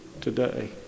today